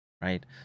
Right